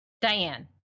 Diane